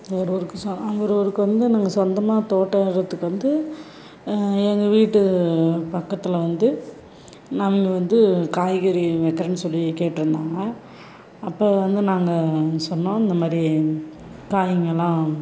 ஒருவருக்கு சொ ஒருவருக்கு வந்து நாங்கள் சொந்தமாக தோட்டம் இடுறதுக்கு வந்து எங்கள் வீட்டு பக்கத்தில் வந்து அவங்க வந்து காய்கறி வைக்கிறேன்னு சொல்லி கேட்டுருந்தாங்க அப்போ வந்து நாங்கள் சொன்னோம் இந்த மாதிரி காய்ங்கலாம்